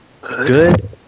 Good